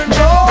no